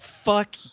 Fuck